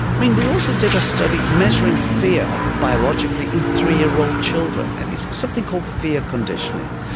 i mean we also did a study measuring fear biologically in three-year-old children, and it's something called fear conditioning,